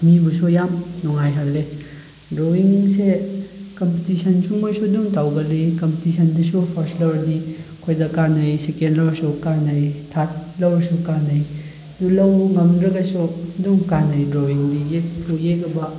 ꯃꯤꯕꯨꯁꯨ ꯌꯥꯝ ꯅꯨꯡꯉꯥꯏꯍꯜꯂꯦ ꯗ꯭ꯔꯣꯋꯤꯡꯁꯦ ꯀꯝꯄꯤꯇꯤꯁꯟꯁꯨ ꯃꯣꯏꯁꯨ ꯑꯗꯨꯝ ꯇꯧꯒꯜꯂꯤ ꯀꯝꯄꯤꯇꯤꯁꯟꯗꯁꯨ ꯐꯥꯔꯁ ꯂꯧꯔꯗꯤ ꯑꯩꯈꯣꯏꯗ ꯀꯥꯟꯅꯩ ꯁꯦꯀꯦꯟ ꯂꯧꯔꯁꯨ ꯀꯥꯟꯅꯩ ꯊꯥꯔꯠ ꯂꯧꯔꯁꯨ ꯀꯥꯟꯅꯩ ꯑꯗꯨ ꯂꯧꯕ ꯉꯝꯗ꯭ꯔꯒꯁꯨ ꯑꯗꯨꯝ ꯀꯥꯟꯅꯩ ꯗ꯭ꯔꯣꯋꯤꯡꯗꯤ ꯌꯦꯛꯄꯨ ꯌꯦꯛꯂꯕ